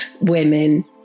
women